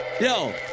yo